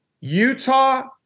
Utah